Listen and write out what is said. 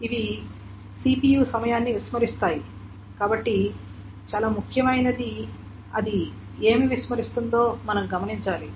ఇవి CPU సమయాన్ని విస్మరిస్తాయి కాబట్టి చాలా ముఖ్యమైనది అది ఏమి విస్మరిస్తుందో మనం గమనించాలి